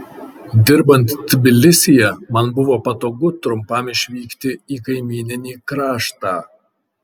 dirbant tbilisyje man buvo patogu trumpam išvykti į kaimyninį kraštą